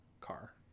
car